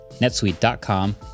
netsuite.com